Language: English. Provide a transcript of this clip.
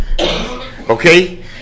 Okay